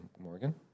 morgan